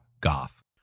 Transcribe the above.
Goff